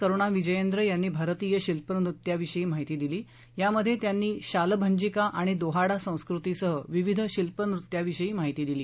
करूणा विजयेंद्र यांनी भारतीय शिल्पनृत्याविषयी माहिती दिली यामध्ये त्यांनी शालभंजिका आणि दोहाडा संस्कृतीसह विविध शिल्पनृत्याविषयी माहिती दिली